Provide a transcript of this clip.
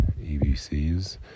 EBC's